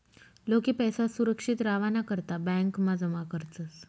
लोके पैसा सुरक्षित रावाना करता ब्यांकमा जमा करतस